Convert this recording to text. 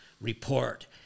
report